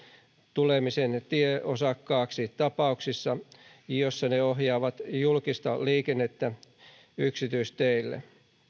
tulemisen tieosakkaaksi tapauksissa joissa ne ohjaavat julkista liikennettä yksityisteille